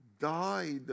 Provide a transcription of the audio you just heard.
died